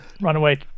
Runaway